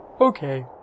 Okay